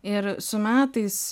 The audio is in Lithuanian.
ir su metais